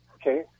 Okay